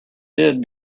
did